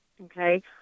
okay